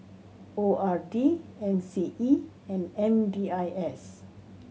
O R D M C E and M D I S